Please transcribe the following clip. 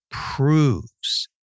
proves